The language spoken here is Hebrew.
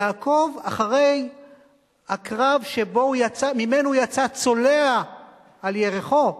יעקב, אחרי הקרב, שממנו יצא צולע על ירכו,